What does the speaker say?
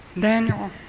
Daniel